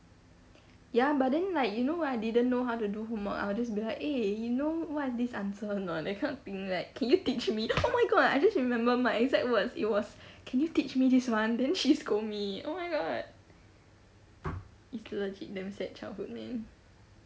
ya but then like you know when I didn't know how to do homework I will just be like eh you know what this answer or not that kind of thing like can you teach me oh my god I just remembered my exact words it was can you teach me this [one] then she scold me oh my god it's legit damn sad childhood man